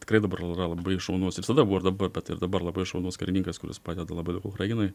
tikrai dabar yra labai šaunus ir tada buvo ir dabar bet ir dabar labai šaunus karininkas kuris padeda labai daug ukrainoj